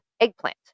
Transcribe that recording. eggplant